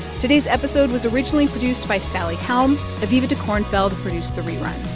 today's episode was originally produced by sally helm. aviva dekornfeld produced the rerun.